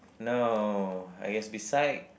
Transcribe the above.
no I guess beside